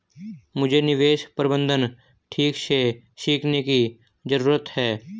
मुझे निवेश प्रबंधन ठीक से सीखने की जरूरत है